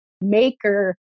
maker